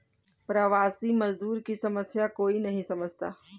प्रवासी मजदूर की समस्या कोई नहीं समझता